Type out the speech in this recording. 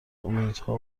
امیدها